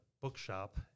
bookshop